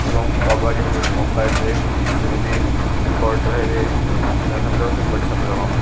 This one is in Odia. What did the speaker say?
ଏବଂ କବାଡ଼ି କମ୍ପାର୍ଟରେ ସେମିତି ଏପଟରେ ହେବେ ସାତଜଣ ସେପଟେ ସାତଜଣ